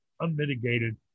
unmitigated